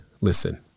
listen